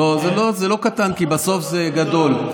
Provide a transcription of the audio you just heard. לא, זה לא קטן, כי בסוף זה גדול.